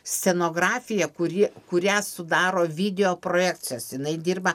scenografija kuri kurią sudaro video projekcijos jinai dirba